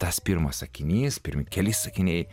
tas pirmas sakinys pirmi keli sakiniai